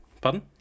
Pardon